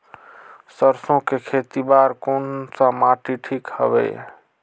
सरसो के खेती बार कोन सा माटी ठीक हवे?